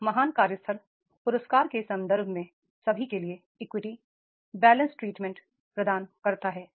एक महान कार्यस्थल पुरस्कार के संदर्भ में सभी के लिए इक्विटी संतुलित उपचार प्रदान करता है